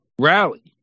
rally